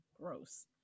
Gross